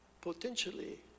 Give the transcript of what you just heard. potentially